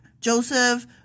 Joseph